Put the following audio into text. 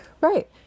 Right